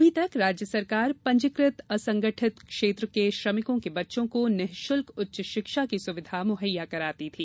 अभी तक राज्य सरकार पंजीकृत असंगठित क्षेत्र के श्रमिकों के बच्चों को निश्ल्क उच्च शिक्षा की सुविधा मुहैया कराती थी